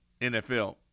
NFL